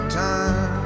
time